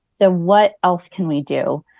so what else can we do?